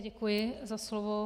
Děkuji za slovo.